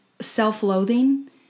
self-loathing